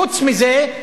חוץ מזה,